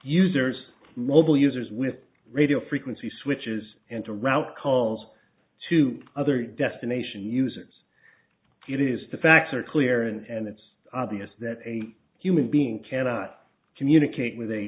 users mobile users with radio frequency switches and to route calls to other destinations users it is the facts are clear and it's obvious that a human being cannot communicate with a